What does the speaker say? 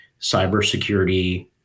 cybersecurity